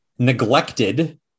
neglected